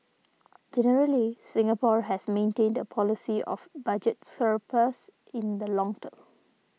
generally Singapore has maintained a policy of budget surplus in the long term